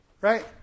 right